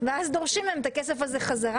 ואז דורשים מהם את הכסף בחזרה,